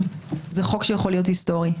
זה חוק שיכול להיות היסטורי,